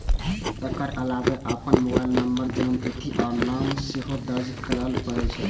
एकर अलावे अपन mobile number, जन्मतिथि आ नाम सेहो दर्ज करय पड़ै छै